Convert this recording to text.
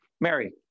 Mary